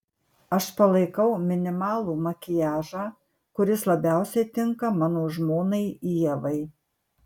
aš palaikau minimalų makiažą kuris labiausiai tinka mano žmonai ievai